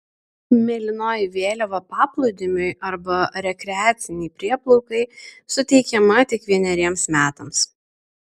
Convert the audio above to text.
mėlynoji vėliava paplūdimiui arba rekreacinei prieplaukai suteikiama tik vieneriems metams